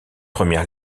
première